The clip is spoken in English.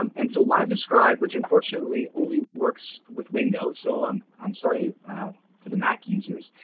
um and so livedescribe which unfortunately only works with windows, so um i'm sorry for the mac users,